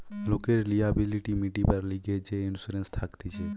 লোকের লিয়াবিলিটি মিটিবার লিগে যে ইন্সুরেন্স থাকতিছে